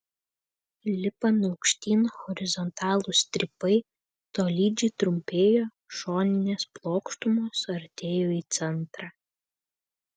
lipant aukštyn horizontalūs strypai tolydžio trumpėjo šoninės plokštumos artėjo į centrą